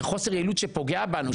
זה חוסר יעילות שפוגע בנו,